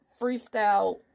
freestyle